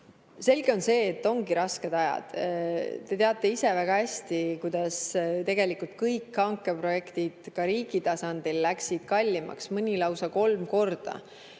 võti. Selge on see, et ongi rasked ajad. Te teate ise väga hästi, kuidas tegelikult kõik hankeprojektid ka riigi tasandil läksid kallimaks, mõni lausa kolm korda.